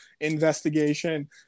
investigation